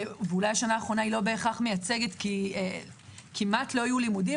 ואולי היא לא בהכרח מייצגת כי כמעט לא היו לימודים,